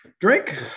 Drink